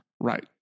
Right